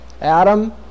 Adam